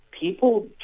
people